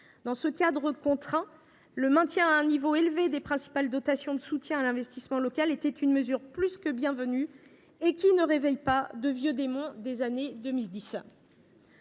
Dans ce cadre contraint, le maintien à un niveau élevé des principales dotations de soutien à l’investissement local est une mesure plus que bienvenue, qui ne réveille pas les vieux démons des années 2010.